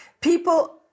People